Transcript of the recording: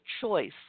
choice